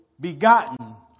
begotten